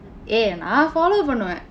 eh நான்:naan follow பண்ணுவேன்:pannuveen